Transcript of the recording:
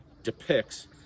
depicts